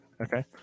okay